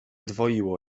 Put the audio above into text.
dwoiło